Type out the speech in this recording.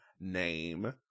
name